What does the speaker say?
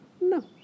no